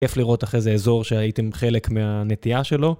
כיף לראות אחרי איך איזה אזור שהייתם חלק מהנטייה שלו.